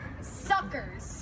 suckers